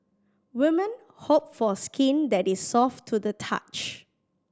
women hope for skin that is soft to the touch